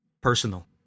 personal